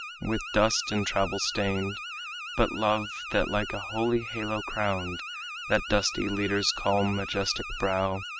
with dust and travel-stained but love, that like a holy halo crowned that dusty leader's calm, majestic brow,